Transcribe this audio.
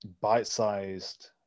bite-sized